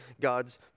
God's